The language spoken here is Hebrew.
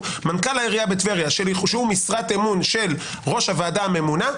שהוא משרת אמון של ראש הוועדה הממונה,